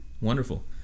Wonderful